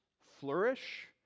flourish